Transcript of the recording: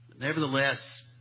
nevertheless